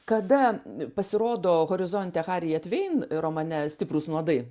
kada pasirodo horizonte hariet vein romane stiprūs nuodai